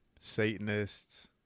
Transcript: Satanists